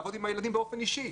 לעבוד עם הילדים באופן אישי.